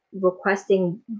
requesting